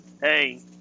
Hey